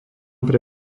pre